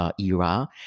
era